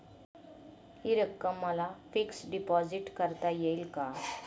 हि रक्कम मला फिक्स डिपॉझिट करता येईल का?